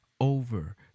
over